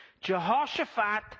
Jehoshaphat